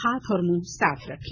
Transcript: हाथ और मुंह साफ रखें